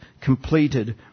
completed